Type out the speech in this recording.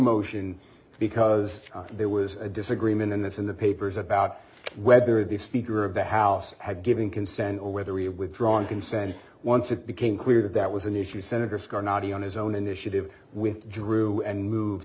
motion because there was a disagreement in this in the papers about whether the speaker of the house had given consent or whether we're withdrawing consent once it became clear that was an issue senator scarnato on his own initiative withdrew and moved